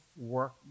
work